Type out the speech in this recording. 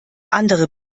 andere